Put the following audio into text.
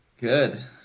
Good